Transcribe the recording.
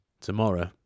Tomorrow